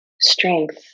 strength